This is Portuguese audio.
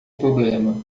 problema